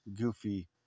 goofy